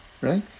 right